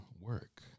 work